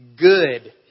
Good